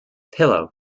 pillow